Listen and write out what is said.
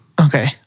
Okay